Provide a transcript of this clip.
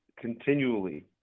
continually